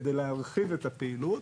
כדי להרחיב את הפעילות,